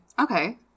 Okay